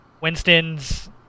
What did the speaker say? Winston's